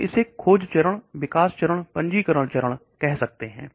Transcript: हम इसे खोज चरण विकास चरण पंजीकरण चरण कह सकते हैं